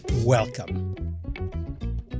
Welcome